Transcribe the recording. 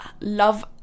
love